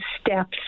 steps